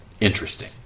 interesting